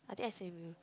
I think S_M_U